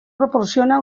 proporciona